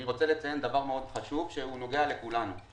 אני רוצה לציין דבר מאוד חשוב שהוא נוגע לכולנו.